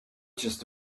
just